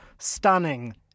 Stunning